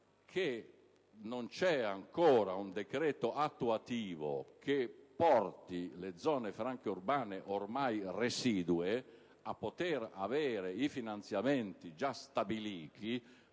non c'è ancora un decreto attuativo che porti le zone franche urbane residue ad ottenere i finanziamenti già stabiliti